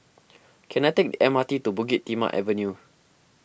can I take the M R T to Bukit Timah Avenue